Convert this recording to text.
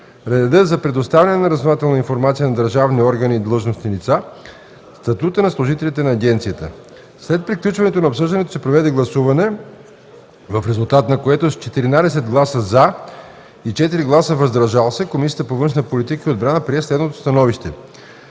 реда за предоставяне на разузнавателна информация на държавни органи и длъжностни лица, статута на служителите на агенцията. След приключването на обсъждането се проведе гласуване, в резултат на което с 14 гласа „за“ и 4 гласа „въздържали се“ Комисията по външна политика и отбрана прие следното становище: